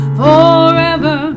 forever